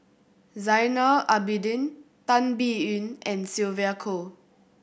Zainal Abidin Tan Biyun and Sylvia Kho